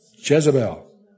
Jezebel